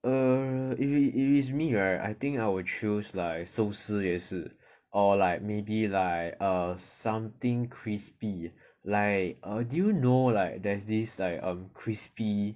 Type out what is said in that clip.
err if it if it's me right I think I will choose like 寿司也是 or like maybe like err something crispy like err do you know like there's this like um crispy